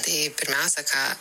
tai pirmiausia ką